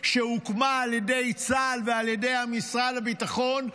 שהוקמה על ידי צה"ל ועל ידי משרד הביטחון,